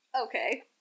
Okay